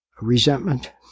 resentment